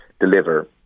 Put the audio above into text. deliver